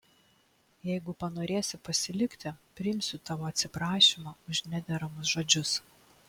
jeigu panorėsi pasilikti priimsiu tavo atsiprašymą už nederamus žodžius